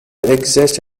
exist